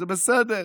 זה בסדר,